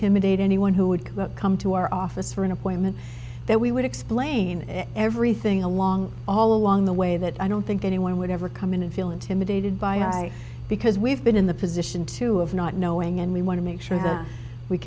idate anyone who would come to our office for an appointment that we would explain everything along all along the way that i don't think anyone would ever come in and feel intimidated by because we've been in the position to of not knowing and we want to make sure we